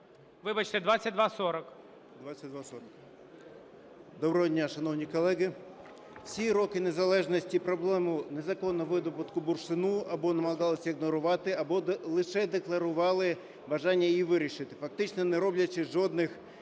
О.В. 2240. Доброго дня, шановні колеги! Всі роки незалежності проблему незаконного видобутку бурштину або намагалися ігнорувати, або лише декларували бажання її вирішити, фактично, не роблячи жодних